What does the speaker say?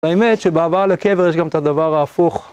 האמת שבהעברה לקבר יש גם את הדבר ההפוך.